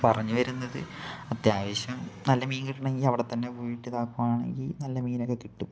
പറഞ്ഞുവരുന്നത് അത്യാവശ്യം നല്ല മീന് കിട്ടണമെങ്കില് അവിടെത്തന്നെ പോയിട്ട് ഇതാക്കുകയാണെങ്കില് നല്ല മീനൊക്കെ കിട്ടും